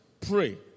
pray